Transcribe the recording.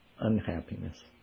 unhappiness